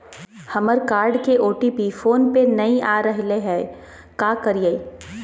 हमर कार्ड के OTP phone पे नई आ रहलई हई, का करयई?